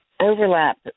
overlap